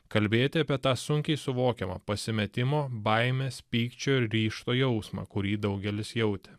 kalbėti apie tą sunkiai suvokiamą pasimetimo baimės pykčio ir ryžto jausmą kurį daugelis jautė